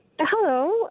Hello